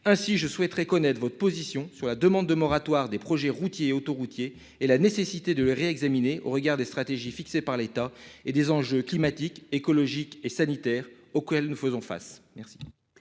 ministre, quelle est votre position sur la demande de moratoire des projets routiers et autoroutiers, et la nécessité de les réexaminer au regard tant des stratégies fixées par l'État que des enjeux climatiques, écologiques et sanitaires auxquels nous faisons face ?